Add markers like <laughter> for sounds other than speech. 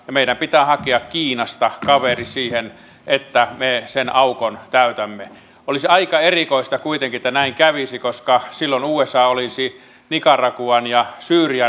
meidän pitää hakea kiinasta kaveri siihen että me sen aukon täytämme olisi aika erikoista kuitenkin että näin kävisi koska silloin usa nicaragua ja syyria <unintelligible>